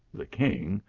the king,